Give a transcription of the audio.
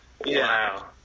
wow